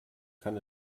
kann